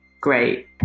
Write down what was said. great